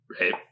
right